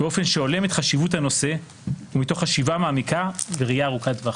באופן שהולם את חשיבות הנושא ומתוך חשיבה מעמיקה וראייה ארוכת טווח.